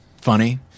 funny